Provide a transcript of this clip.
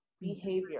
behavior